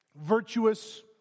virtuous